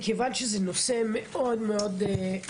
מכיוון שזה נושא מאוד מורכב,